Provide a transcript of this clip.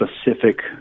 specific